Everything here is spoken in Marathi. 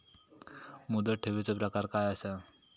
मुदत ठेवीचो प्रकार काय असा?